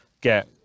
get